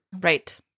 right